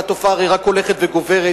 והתופעה הרי רק הולכת וגוברת,